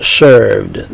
served